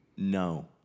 no